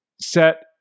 set